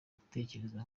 gutekereza